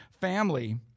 family